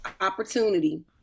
opportunity